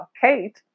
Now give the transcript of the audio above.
Kate